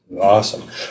awesome